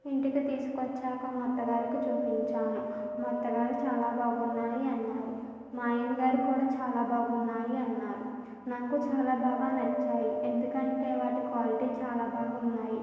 ఇంటికి తీసుకొచ్చాక మా అత్తగారికి చూపించాను మా అత్తగారు చాలా బాగున్నాయి అన్నారు మా ఆయనగారు కూడా చాలా బాగున్నాయి అన్నారు నాకు చాలా బాగా నచ్చాయి ఎందుకంటే వాటి క్వాలిటీ చాలా బాగున్నాయి